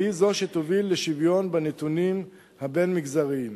והיא זו שתוביל לשוויון בנתונים הבין-מגזריים.